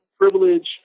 privilege